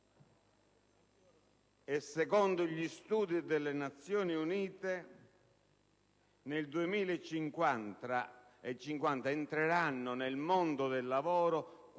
Secondo gli studi delle Nazioni Unite, nel 2050 entreranno nel mondo del lavoro